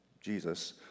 Jesus